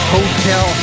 Hotel